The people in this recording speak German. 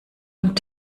und